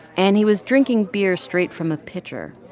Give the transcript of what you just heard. and he was drinking beer straight from a pitcher.